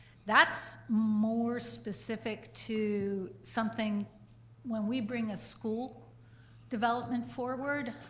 that's more specific to something when we bring a school development forward,